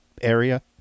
area